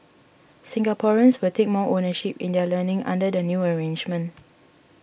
Singaporeans will take more ownership in their learning under the new arrangement